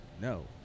no